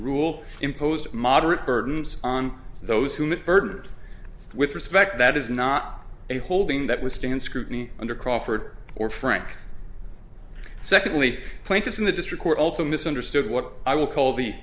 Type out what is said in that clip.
rule imposed moderate burdens on those who met byrd with respect that is not a holding that withstand scrutiny under crawford or frank secondly plaintiffs in the district court also misunderstood what i will call the